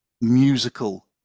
musical